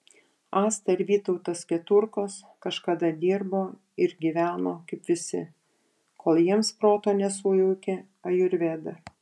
asta ir vytautas keturkos kažkada dirbo ir gyveno kaip visi kol jiems proto nesujaukė ajurveda